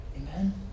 Amen